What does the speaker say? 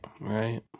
right